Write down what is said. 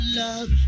love